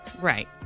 Right